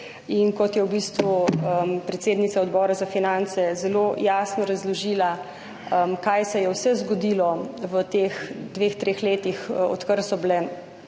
vir. Predsednica Odbora za finance je zelo jasno razložila, kaj vse se je zgodilo v teh dveh, treh letih, odkar so bile